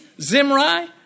Zimri